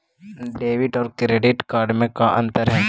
Debit और credit card में का अंतर है?